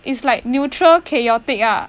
is like neutral chaotic ah